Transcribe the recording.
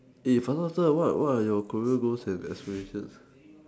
eh faster faster what what are your career goals and aspirations